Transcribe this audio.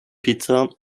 pizza